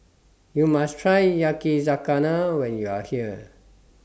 YOU must Try Yakizakana when YOU Are here